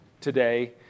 today